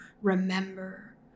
remember